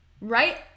right